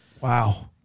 Wow